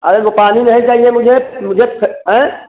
अरे रुपाली नहीं चाहिए मुझे मुझे अएं